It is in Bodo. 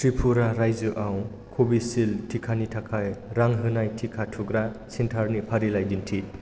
त्रिपुरा रायजोआव कभिसिल्ड टिकानि थाखाय रां होनाय टिका थुग्रा सेन्टारनि फारिलाइ दिन्थि